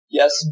Yes